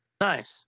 Nice